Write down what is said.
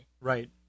Right